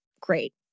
Great